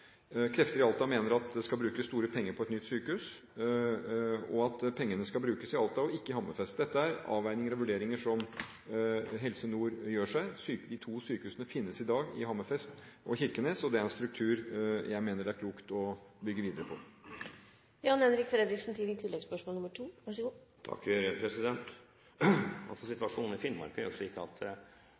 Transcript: Krefter i Alta mener at det skal brukes store penger på et nytt sykehus – at pengene skal brukes i Alta og ikke i Hammerfest. Dette er avveininger og vurderinger som Helse Nord gjør. De to sykehusene finnes i dag i Hammerfest og i Kirkenes. Det er en struktur jeg mener det er klokt å bygge videre på. Situasjonen i Finnmark er jo slik at alle er enige om etablering av et nytt sykehus i Kirkenes, det er jo